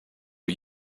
all